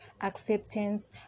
acceptance